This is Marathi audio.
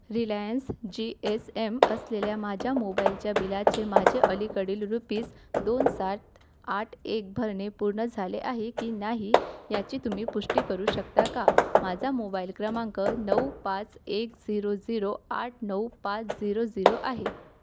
रिलायन्स जी एस एम असलेल्या माझ्या मोबाईलच्या बिलाचे माझे अलीकडील रुपीज दोन सात आठ एक भरणे पूर्ण झाले आहे की नाही याची तुम्ही पुष्टी करू शकता का माझा मोबाईल क्रमांक नऊ पाच एक झिरो झिरो आठ नऊ पाच झिरो झिरो आहे